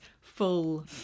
full